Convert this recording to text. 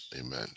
Amen